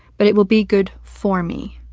but it will be good for me.